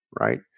right